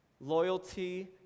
loyalty